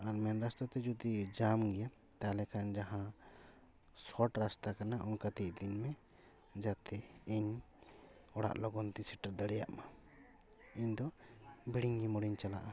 ᱟᱨ ᱢᱮᱹᱱ ᱨᱟᱥᱛᱟ ᱛᱮ ᱡᱩᱫᱤ ᱡᱟᱢ ᱜᱮᱭᱟ ᱛᱟᱦᱚᱞᱮ ᱠᱷᱟᱱ ᱡᱟᱦᱟᱸ ᱥᱚᱨᱴ ᱨᱟᱥᱛᱟ ᱠᱟᱱᱟ ᱚᱱᱠᱟ ᱛᱮ ᱤᱫᱤᱧ ᱢᱮ ᱡᱟᱛᱮ ᱤᱧ ᱚᱲᱟᱜ ᱞᱚᱜᱚᱱ ᱛᱮᱧ ᱥᱮᱴᱮᱨ ᱫᱟᱲᱮᱭᱟᱜ ᱢᱟ ᱤᱧ ᱫᱚ ᱵᱷᱤᱲᱤᱝᱜᱤ ᱢᱳᱲ ᱤᱧ ᱪᱟᱞᱟᱜᱼᱟ